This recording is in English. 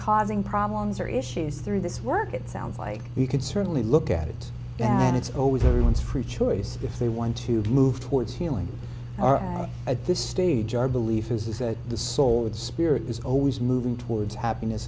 causing problems or issues through this work it sounds like you could certainly look at it that it's always everyone's free choice if they want to move towards healing at this stage our belief is that the soul and spirit is always moving towards happiness